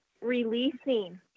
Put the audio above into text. releasing